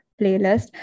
playlist